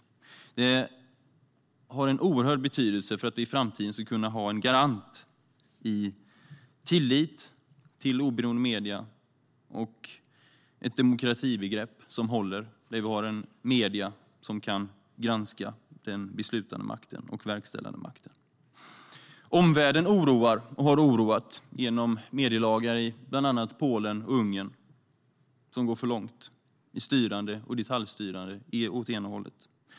Omvärlden oroar och har oroat genom medielagar i bland annat Polen och Ungern som går för långt åt ena hållet när det gäller detaljstyrning.